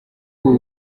ubu